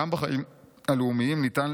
גם בחיים הלאומים ניתן,